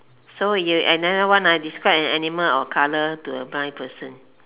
so you another one ah describe an animal or colour to a blind person